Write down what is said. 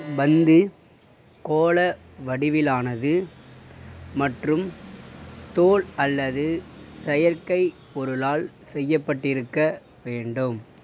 பந்து கோள வடிவிலானது மற்றும் தோல் அல்லது செயற்கை பொருளால் செய்யப்பட்டிருக்க வேண்டும்